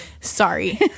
sorry